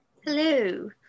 Hello